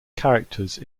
characters